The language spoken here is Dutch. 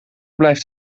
blijft